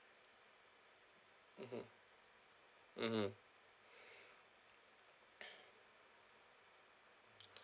mmhmm mmhmm